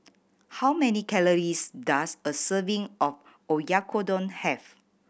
how many calories does a serving of Oyakodon have